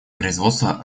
производства